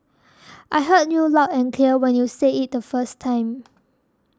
I heard you loud and clear when you said it the first time